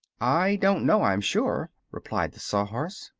i don't know, i'm sure, replied the sawhorse.